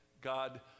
God